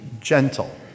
gentle